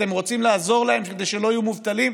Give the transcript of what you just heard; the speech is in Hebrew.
אתם רוצים לעזור להם כדי שלא יהיו מובטלים,